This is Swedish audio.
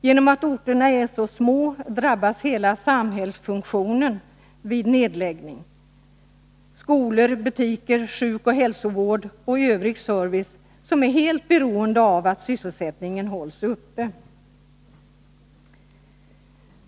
Genom att orterna är så små drabbas hela samhällsfunktionen vid nedläggning: skolor, butiker, sjukoch hälsovård och övrig service som är helt beroende av att sysselsättningen hålls uppe.